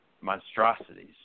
monstrosities